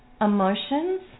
emotions